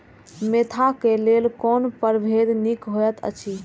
Mentha क लेल कोन परभेद निक होयत अछि?